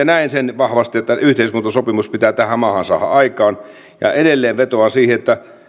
näen sen vahvasti että yhteiskuntasopimus pitää tähän maahan saada aikaan edelleen vetoan siihen että